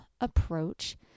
approach